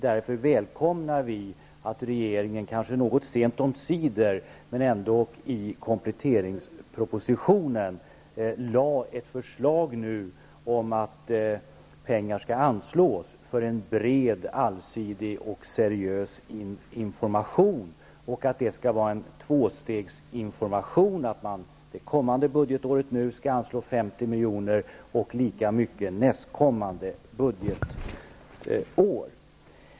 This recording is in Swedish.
Därför välkomnar vi att regeringen, kanske något sent omsider, men ändå, i kompletteringspropositionen lagt fram ett förslag om att pengar skall anslås för en bred, allsidig och seriös information. Det skall vara en tvåstegsinformation: under det kommande budgetåret skall man anslå 50 miljoner och lika mycket nästkommande budgetår.